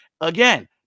Again